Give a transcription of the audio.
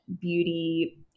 beauty